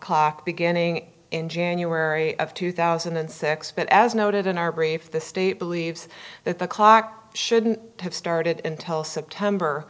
clock beginning in january of two thousand and six but as noted in our brief the state believes that the clock shouldn't have started until september